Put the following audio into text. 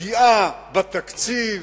פגיעה בתקציב.